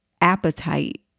appetite